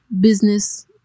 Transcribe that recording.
business